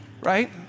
Right